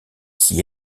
s’y